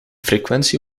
frequentie